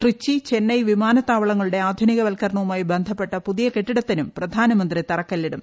ട്രിച്ചി ചെന്നൈ വിമാനത്താവളങ്ങളുടെ ആധുനികവൽക്കരണവുമായി ബന്ധപ്പെട്ട പുതിയ കെട്ടിടത്തിനും പ്രധാനമന്ത്രി തറക്കല്ലിടും